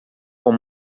com